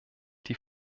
die